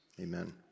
Amen